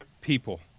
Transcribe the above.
people